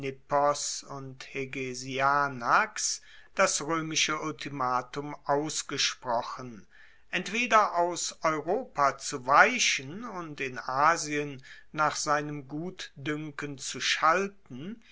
und hegesianax das roemische ultimatum ausgesprochen entweder aus europa zu weichen und in asien nach seinem gutduenken zu schalten